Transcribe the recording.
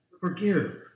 Forgive